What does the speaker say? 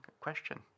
question